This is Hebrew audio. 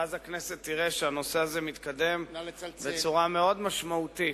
ואז הכנסת תראה שהנושא הזה מתקדם בצורה מאוד משמעותית.